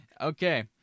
Okay